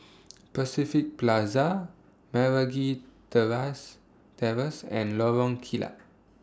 Pacific Plaza Meragi Terrace Terrace and Lorong Kilat